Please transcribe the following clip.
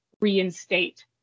reinstate